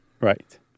Right